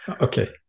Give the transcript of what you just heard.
Okay